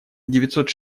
девятьсот